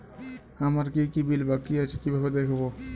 আমার কি কি বিল বাকী আছে কিভাবে দেখবো?